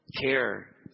care